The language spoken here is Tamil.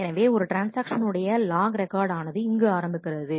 எனவே ஒரு ட்ரான்ஸ்ஆக்ஷன் உடைய லாக் ரெக்கார்டு ஆனது இங்கு ஆரம்பிக்கிறது